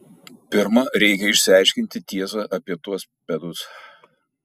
pirma reikia išsiaiškinti tiesą apie tuos pedus